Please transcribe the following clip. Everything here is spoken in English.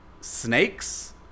snakes